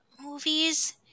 movies